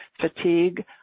fatigue